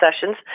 sessions